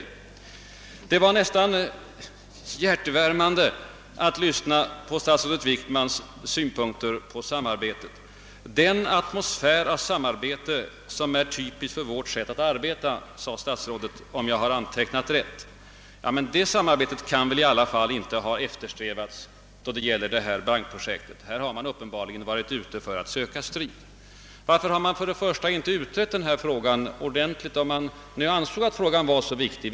Det var nästan hjärtevärmande att lyssna på statsrådet Wickmans synpunkter på samarbete. »Den atmosfär av samarbete som är typisk för vårt sätt att arbeta», sade statsrådet om jag har antecknat rätt. Ett sådant samarbete kan väl i alla fall inte ha eftersträvats då det gäller bankprojektet. Här har man uppenbarligen varit ute för att söka strid. Varför skulle man annars ha utrett denna fråga ordentligt, om man nu ansåg att den var så viktig?